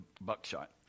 buckshot